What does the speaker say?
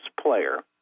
player